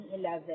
2011